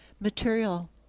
material